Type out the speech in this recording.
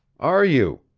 are you?